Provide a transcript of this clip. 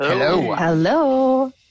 hello